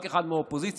רק אחד מהאופוזיציה.